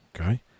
Okay